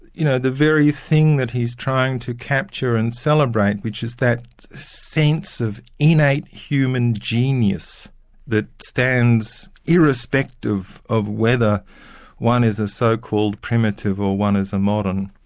you know the very thing that he's trying to capture and celebrate which is that sense of innate human genius that stands irrespective of whether one is a so-called primitive or one is a modern,